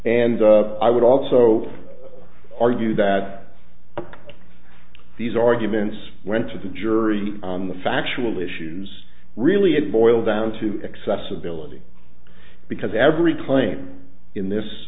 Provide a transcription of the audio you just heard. and i would also argue that these arguments went to the jury on the factual issues really it boils down to accessibility because every claim in this